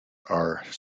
are